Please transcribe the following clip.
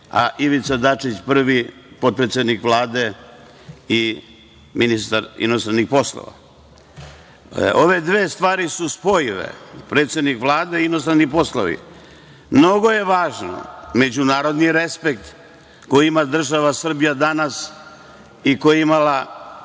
a Ivica Dačić prvi potpredsednik Vlade i ministar inostranih poslova. Ove dve stvari su spojive, predsednik Vlade i inostrani poslovi. Mnogo je važno međunarodni respekt koji ima država Srbija danas i koji je imala